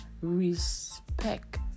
respect